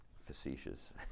facetious